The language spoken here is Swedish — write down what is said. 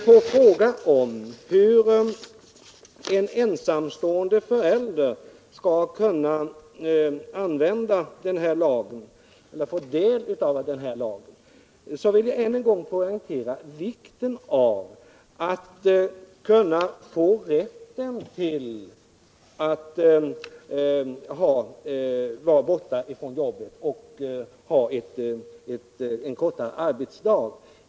På frågan om hur en ensamstående förälder, som kommer att omfattas av den föreslagna lagen, skall kunna utnyttja den vill jag än en gång poängtera vikten av att föräldrar får rätten att vara borta från jobbet och till en kortare arbetsdag.